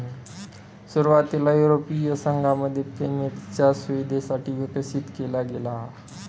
सुरुवातीला युरोपीय संघामध्ये पेमेंटच्या सुविधेसाठी विकसित केला गेला